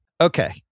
Okay